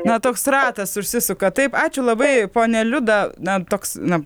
na toks ratas užsisuka taip ačiū labai ponia liuda na toks na